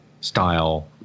style